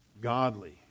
godly